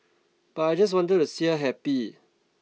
but I just wanted to see her happy